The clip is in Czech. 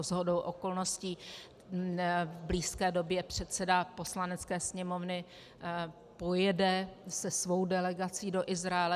Shodou okolností v blízké době předseda Poslanecké sněmovny pojede se svou delegací do Izraele.